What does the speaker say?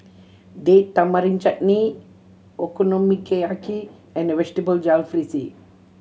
Date Tamarind Chutney Okonomiyaki and Vegetable Jalfrezi